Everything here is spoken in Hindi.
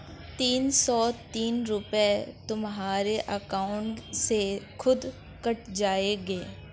तीन सौ तीस रूपए तुम्हारे अकाउंट से खुद कट जाएंगे